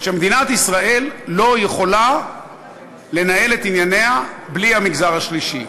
מדינת ישראל לא יכולה לנהל את ענייניה בלי המגזר השלישי,